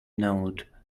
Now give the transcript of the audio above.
note